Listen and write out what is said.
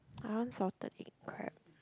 I want salted egg crab